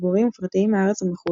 ציבוריים ופרטיים מהארץ ומחו"ל.